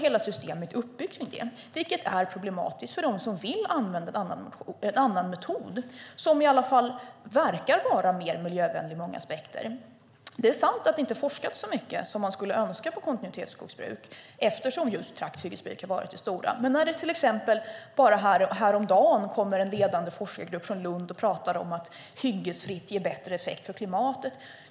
Hela systemet är uppbyggt kring det, vilket är problematiskt för dem som vill använda en annan metod som i alla fall verkar vara mer miljövänlig ur många aspekter. Det är sant att det inte har forskats så mycket på kontinuitetsskogsbruk som man skulle önska eftersom trakthyggesbruk har varit det stora. Häromdagen kom en ledande grupp från Lund och pratade om att hyggesfritt ger bättre effekt för klimatet.